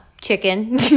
chicken